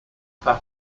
pac